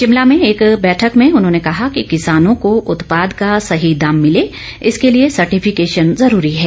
शिमला में एक बैठक में उन्होंने कहा कि किसानों को उत्पाद का सही दाम मिले इसके लिए सर्टिफिकेशन जरूरी है